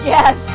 Yes